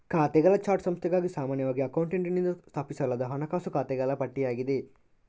ಖಾತೆಗಳ ಚಾರ್ಟ್ ಸಂಸ್ಥೆಗಾಗಿ ಸಾಮಾನ್ಯವಾಗಿ ಅಕೌಂಟೆಂಟಿನಿಂದ ಸ್ಥಾಪಿಸಲಾದ ಹಣಕಾಸು ಖಾತೆಗಳ ಪಟ್ಟಿಯಾಗಿದೆ